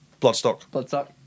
Bloodstock